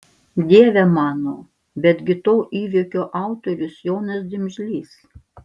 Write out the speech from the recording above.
dieve mano betgi to įvykio autorius jonas dimžlys